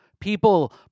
people